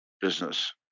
business